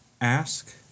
ask